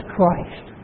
Christ